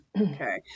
okay